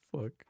Fuck